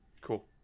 Cool